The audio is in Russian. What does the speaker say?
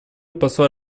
посла